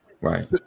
right